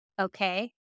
okay